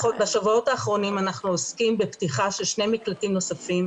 בשבועות האחרונים אנחנו עוסקים בפתיחה של שני מקלטים נוספים.